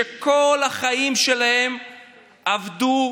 שכל החיים שלהם עבדו,